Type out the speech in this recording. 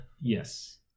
Yes